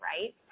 right